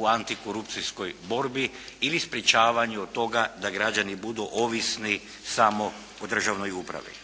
u antikorupcijskoj borbi ili sprječavanju od toga da građani budu ovisni samo o državnoj upravi.